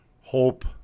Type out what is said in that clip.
Hope